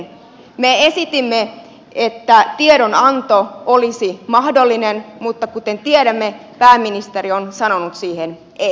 me esitimme että tiedonanto olisi mahdollinen mutta kuten tiedämme pääministeri on sanonut siihen ei